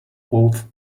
both